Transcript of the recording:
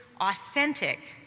authentic